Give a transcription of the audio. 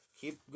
keep